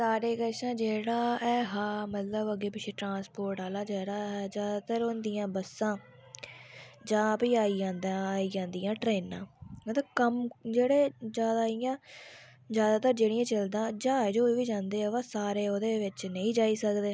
सारें कशा जेह्ड़ा ऐहा मतलब अग्गें पिच्छे ट्रांसपोर्ट आह्ला जेह्ड़ा ऐहा जादैतर होंदियां बस्सां जां भी आई जंदा जां भी आई जंदियां ट्रेनां मतलब कम्म जेह्ड़े जादै इंया जादै जेह्ड़े ज्हाज होई गै जंदे बाऽ सारे ओह्दे बिच नेईं जाई सकदे